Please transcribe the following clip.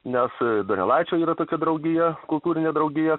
nes donelaičio yra tokia draugija kultūrinė draugija